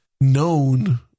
known